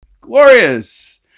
Glorious